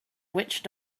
witch